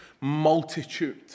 multitude